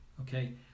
okay